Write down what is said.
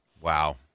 Wow